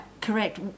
Correct